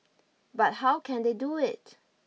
but how can they do it